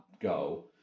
go